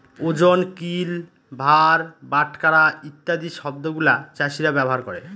ওজন, কিল, ভার, বাটখারা ইত্যাদি শব্দগুলা চাষীরা ব্যবহার করে